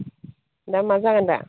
दा मा जागोन दा